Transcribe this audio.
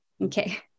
Okay